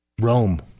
Rome